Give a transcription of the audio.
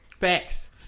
facts